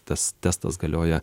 tas testas galioja